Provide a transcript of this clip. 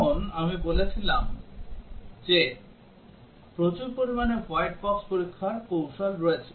যেমন আমি বলছিলাম যে প্রচুর পরিমাণে হোয়াইট বক্স পরীক্ষার কৌশল রয়েছে